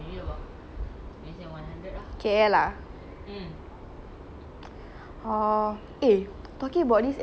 oh eh talking about this N_C_T super junior eh talk more eh I always see them eh but I don't know anything about them eh